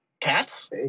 Cats